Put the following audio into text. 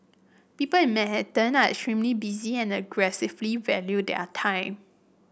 people in Manhattan are extremely busy and aggressively value their time